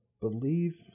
believe